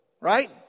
right